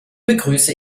begrüße